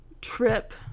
trip